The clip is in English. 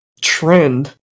trend